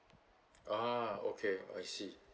oh okay I see